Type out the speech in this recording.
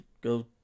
go